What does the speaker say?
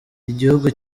igihugu